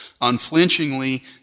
unflinchingly